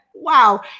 wow